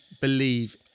believe